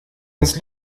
uns